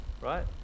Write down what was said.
right